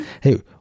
Hey